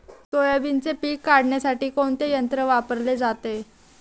सोयाबीनचे पीक काढण्यासाठी कोणते यंत्र वापरले जाते?